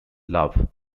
love